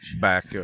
Back